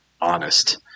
honest